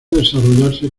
desarrollarse